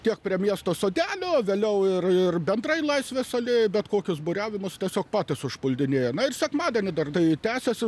tiek prie miesto sodelio vėliau ir ir bendrai laisvės alėjoje bet kokius būriavimus tiesiog patys užpuldinėja na ir sekmadienį dar tai tęsiasi